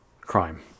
crime